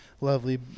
lovely